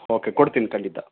okay ಕೊಡ್ತೀನಿ ಖಂಡಿತ